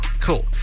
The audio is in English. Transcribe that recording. cool